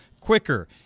quicker